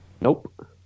nope